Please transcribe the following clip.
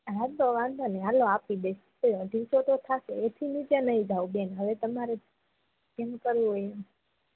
હા તો વાંધો નહીં હાલો આપી દઈશ તોય અઢીસો તો થશે એથી નીચે નહીં જઉ બેન હવે તમારે જેમ કરવું હોય એમ